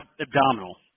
Abdominal